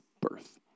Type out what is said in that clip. birth